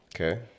Okay